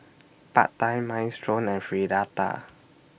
Pad Thai Minestrone and Fritada